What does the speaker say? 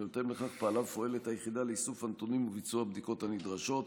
ובהתאם לכך פעלה ופועלת היחידה לאיסוף הנתונים וביצוע הבדיקות הנדרשות.